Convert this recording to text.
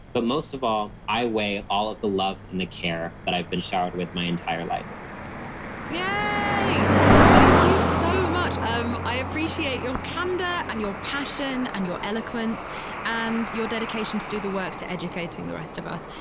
but most of all, i weigh all of the love and the care that i've been showered with my entire life yeah yay! thank you so much. um i i appreciate your candor and your passion and your eloquence and your dedication to do the work to educating the rest of us.